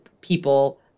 people